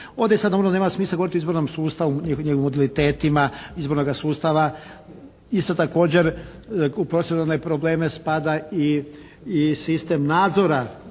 Ovdje sad normalno nema smisla govoriti o izbornom sustavu, njihovim modalitetima izbornoga sustava. Isto također, u proceduralne probleme spada i sistem nadzora